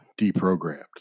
deprogrammed